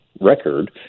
record